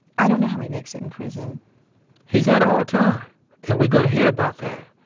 i don't know how he makes it in prison he's had a hard time and we're gonna hear about that,